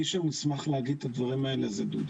מי שמוסמך להגיד את הדברים האלה זה דודי.